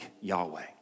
Yahweh